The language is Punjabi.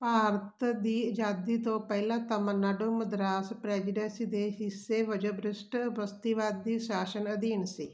ਭਾਰਤ ਦੀ ਆਜ਼ਾਦੀ ਤੋਂ ਪਹਿਲਾਂ ਤਾਮਿਲਨਾਡੂ ਮਦਰਾਸ ਪ੍ਰੈਜ਼ੀਡੈਂਸੀ ਦੇ ਹਿੱਸੇ ਵਜੋਂ ਬ੍ਰਿਸ਼ਟ ਬਸਤੀਵਾਦੀ ਸ਼ਾਸਨ ਅਧੀਨ ਸੀ